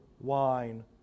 wine